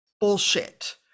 bullshit